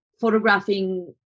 photographing